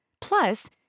Plus